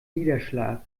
niederschlag